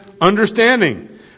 understanding